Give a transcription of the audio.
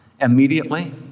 immediately